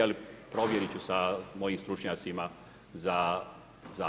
Ali provjerit ću sa mojim stručnjacima za zakone.